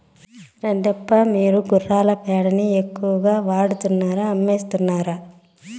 రెడ్డప్ప, మీరు గుర్రాల పేడని ఎరువుగా వాడుతున్నారా అమ్మేస్తున్నారా